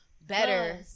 better